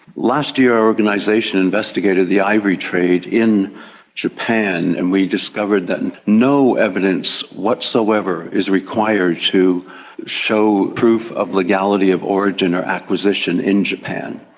last year our organisation investigated the ivory trade in japan, and we discovered that and no evidence whatsoever is required to show proof of legality of origin or acquisition in japan.